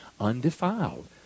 undefiled